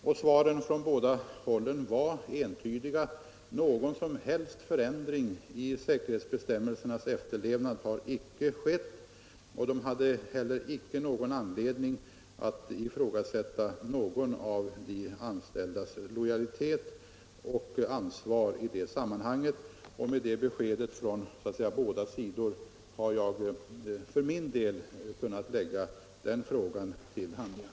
Svaren var från bägge håll entydiga: Det har icke skett någon som helst förändring av säkerhetsbestämmelsernas efterlevnad. Man hade icke heller anledning att ifrågasätta någon av de anställdas lojalitet och ansvarskänsla i dessa sammanhang. Med det beskedet från två berörda parter har jag för min del kunnat lägga den frågan till handlingarna.